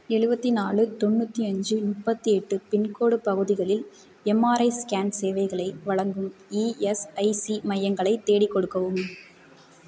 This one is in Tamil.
எழுபத்தி நாலு தொண்ணூற்றி அஞ்சு முப்பத்தி எட்டு பின்கோடு பகுதிகளில் எம்ஆர்ஐ ஸ்கேன் சேவைகளை வழங்கும் இஎஸ்ஐசி மையங்களை தேடிக் கொடுக்கவும்